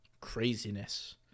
craziness